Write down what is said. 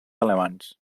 alemanys